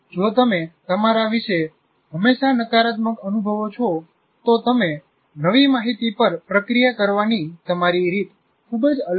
જો તમે તમારા વિશે હંમેશા નકારાત્મક અનુભવો છો તો તમે નવી માહિતી પર પ્રક્રિયા કરવાની તમારી રીત ખૂબ જ અલગ હશે